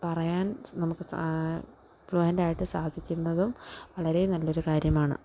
പറയാൻ നമുക്ക് സാ ഫ്ലൂവൻ്റായിട്ട് സാധിക്കുന്നതും വളരെ നല്ലൊരു കാര്യമാണ്